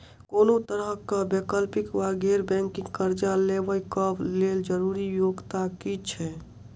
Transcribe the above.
कोनो तरह कऽ वैकल्पिक वा गैर बैंकिंग कर्जा लेबऽ कऽ लेल जरूरी योग्यता की छई?